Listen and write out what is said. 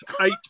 eight